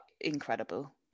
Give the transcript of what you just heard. incredible